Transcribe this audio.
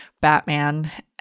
Batman